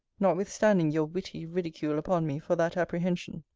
notwithstanding your witty ridicule upon me for that apprehension.